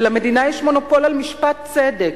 ולמדינה יש מונופול על משפט צדק,